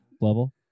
level